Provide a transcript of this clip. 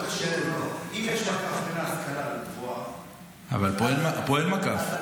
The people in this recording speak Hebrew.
אם יש מקף -- אבל פה אין מקף,